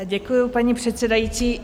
Děkuju, paní předsedající.